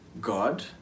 God